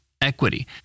equity